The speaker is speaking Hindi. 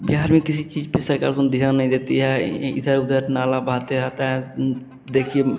बिहार में किसी चीज़ पर सरकार उतना ध्यान नहीं देती है इधर उधर नाला बहता रहता है देखिए